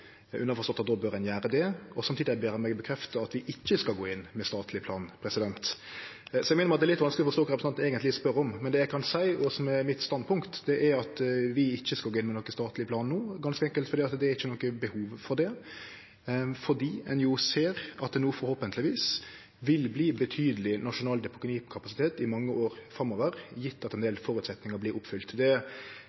at då bør ein gjere det, og samtidig ber han meg bekrefte at vi ikkje skal gå inn med statleg plan. Så eg må innrømme at det er litt vanskeleg å forstå kva representanten eigentleg spør om. Men det eg kan seie, og som er mitt standpunkt, er at vi ikkje skal gå inn med nokon statleg plan no, ganske enkelt fordi det ikkje er noko behov for det, fordi ein jo ser at det no forhåpentlegvis vil verte betydeleg nasjonal deponikapasitet i mange år framover, gjeve at ein